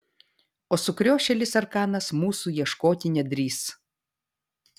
o sukriošėlis arkanas mūsų ieškoti nedrįs